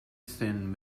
thin